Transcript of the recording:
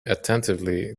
attentively